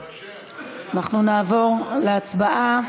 קסניה סבטלובה,